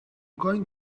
going